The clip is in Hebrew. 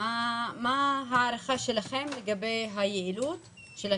את הערכה שלכם לגבי היעילות.